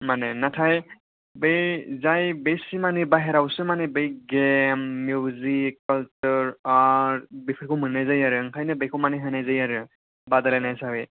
माने नाथाय बे जाय बे सिमानि बाहायरायावसो माने बै गेम मिउजिक खालसार आरथ बिफेरखौ मोननाय जायो आरो आंखायनो बेखौ माने होनाय जायो आरो बादायलायनाय हिसाबै